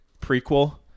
prequel